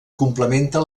complementa